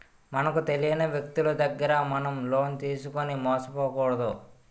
మనకు తెలియని వ్యక్తులు దగ్గర మనం లోన్ తీసుకుని మోసపోకూడదు